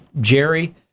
jerry